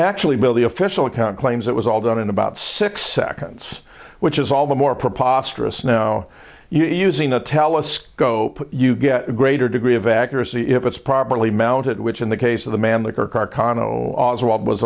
account claims it was all done in about six seconds which is all the more preposterous now using a telescope you get a greater degree of accuracy if it's properly mounted which in the case of the